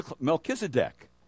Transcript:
Melchizedek